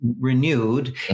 renewed